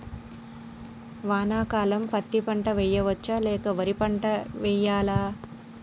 వానాకాలం పత్తి పంట వేయవచ్చ లేక వరి పంట వేయాలా?